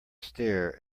stare